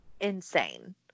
insane